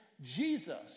Jesus